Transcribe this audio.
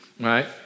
right